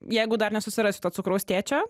jeigu dar nesusirasiu to cukraus tėčio